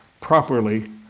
properly